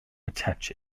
attach